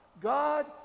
God